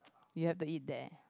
you have to eat there